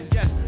Yes